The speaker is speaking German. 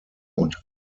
und